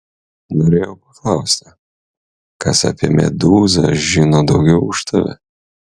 norėjau paklausti kas apie medūzą žino daugiau už tave